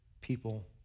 people